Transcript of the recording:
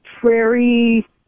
Prairie